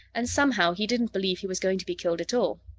and somehow he didn't believe he was going to be killed at all.